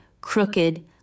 crooked